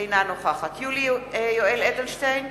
אינה נוכחת יולי יואל אדלשטיין,